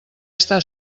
està